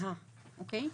אוקיי?